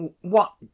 What